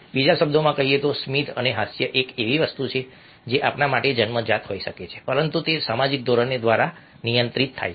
બીજા શબ્દોમાં કહીએ તો સ્મિત અને હાસ્ય એ વસ્તુઓ છે જે આપણા માટે જન્મજાત હોઈ શકે છે પરંતુ તે સામાજિક ધોરણો દ્વારા નિયંત્રિત થાય છે